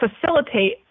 facilitate